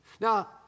Now